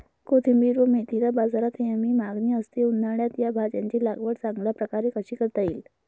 कोथिंबिर व मेथीला बाजारात नेहमी मागणी असते, उन्हाळ्यात या भाज्यांची लागवड चांगल्या प्रकारे कशी करता येईल?